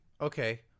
Okay